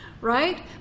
right